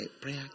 prayer